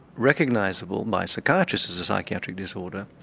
recognisable by psychiatrists as a psychiatric disorder.